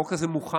החוק הזה מוכן,